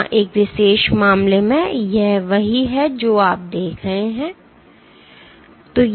यहाँ इस विशेष मामले में यही वह है जो आप देखेंगे